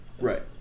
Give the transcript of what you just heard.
right